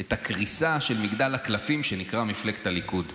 את הקריסה של מגדל הקלפים שנקרא מפלגת הליכוד.